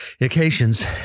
occasions